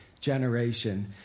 generation